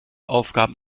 aufgaben